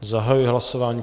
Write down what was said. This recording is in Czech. Zahajuji hlasování.